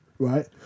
Right